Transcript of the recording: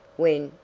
when,